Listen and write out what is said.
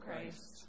Christ